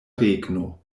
regno